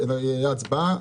תהיה הצבעה,